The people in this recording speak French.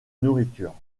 nourriture